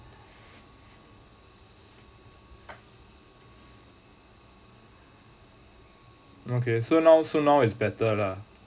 okay so now so now is better lah